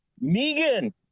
Megan